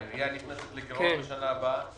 העירייה נכנסת לגירעון בשנה הבאה,